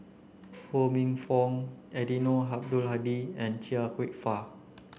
Ho Minfong Eddino Abdul Hadi and Chia Kwek Fah